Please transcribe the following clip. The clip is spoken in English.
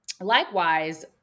likewise